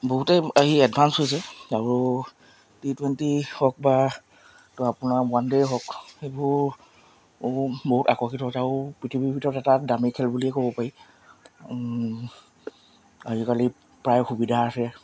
বহুতেই এই এডভান্স হৈছে আৰু টি টুৱেণ্টি হওক বা তো আপোনাৰ ওৱান ডে' হওক সেইবোৰ বহুত আকৰ্ষিত হৈছে আৰু পৃথিৱীৰ ভিতৰত এটা দামী খেল বুলিয়েই ক'ব পাৰি আজিকালি প্ৰায় সুবিধা আছে